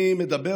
אני מדבר,